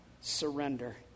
surrender